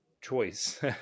choice